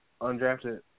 undrafted